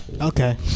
Okay